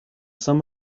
sum